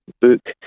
book